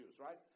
right